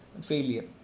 failure